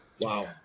Wow